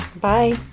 Bye